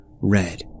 red